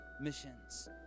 Missions